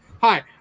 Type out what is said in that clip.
Hi